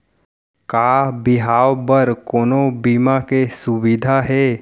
का बिहाव बर कोनो बीमा के सुविधा हे?